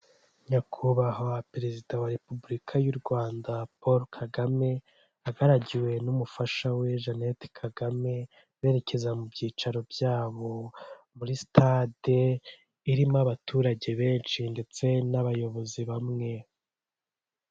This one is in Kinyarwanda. Nyakubahwa Perezida wa Repubulika y'u Rwanda Paul Kagame, agaragiwe n'umufasha we Jeannette Kagame berekeza mu byicaro byabo muri stade irimo abaturage benshi ndetse n'abayobozi bamwe.